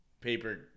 paper